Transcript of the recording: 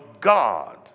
God